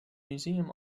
museum